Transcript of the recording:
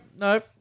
no